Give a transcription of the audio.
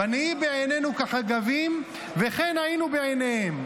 "ונהי בעינינו כחגבים וכן היינו בעיניהם".